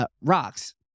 rocks